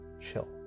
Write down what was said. chill